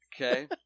Okay